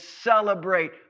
celebrate